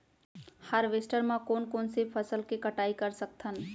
Harvester म कोन कोन से फसल के कटाई कर सकथन?